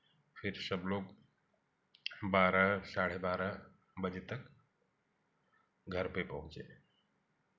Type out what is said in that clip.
फिर सब लोग बारह साढ़े बारह बजे तक घर पर पहुँचे